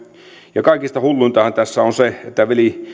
ja kaikista hulluintahan tässä on se että